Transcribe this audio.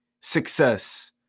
success